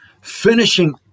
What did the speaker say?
finishing